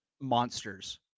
Monsters